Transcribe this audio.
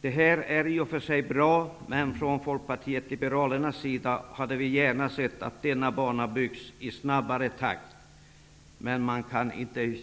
Detta är i och för sig bra, men från Folkpartiet liberalernas sida hade vi gärna sett att denna bana hade byggts i snabbare takt. Men man kan inte